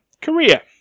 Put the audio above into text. Korea